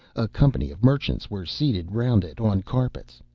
a company of merchants were seated round it on carpets.